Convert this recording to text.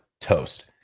toast